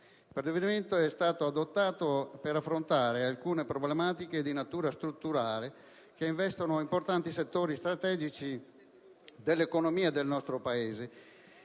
Il provvedimento è stato adottato per affrontare alcune problematiche di natura strutturale che investono importanti settori strategici dell'economia del nostro Paese